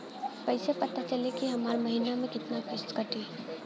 कईसे पता चली की हमार महीना में कितना किस्त कटी?